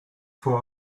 for